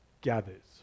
gathers